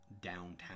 downtown